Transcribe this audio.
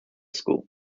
school